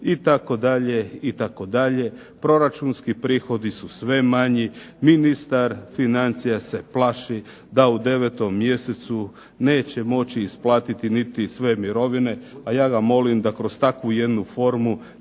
itd., itd. Proračunski prihodi su sve manji, ministar financija se plaši da u 9. mjesecu neće moći isplatiti niti sve mirovine, a ja ga molim da kroz takvu jednu formu